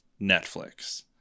Netflix